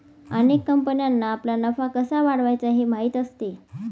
अनेक कंपन्यांना आपला नफा कसा वाढवायचा हे माहीत असते